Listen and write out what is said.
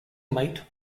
meat